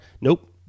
Nope